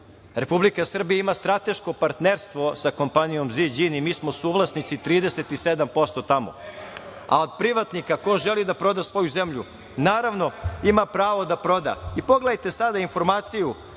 Republika Srbija ima strateško partnerstvo sa kompanijom Ziđin i mi smo suvlasnici 37% tamo, a od privatnika ko želi da proda svoju zemlju, naravno, ima pravo da proda. Pogledajte sada informaciju